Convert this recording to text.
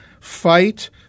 fight